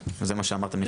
זה מה שאמרתם לפני זה.